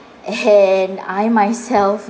and I myself